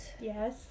Yes